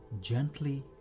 Gently